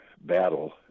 battle